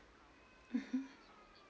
(uh huh)